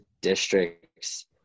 districts